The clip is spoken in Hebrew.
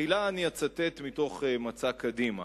תחילה אני אצטט מתוך מצע קדימה: